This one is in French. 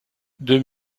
deux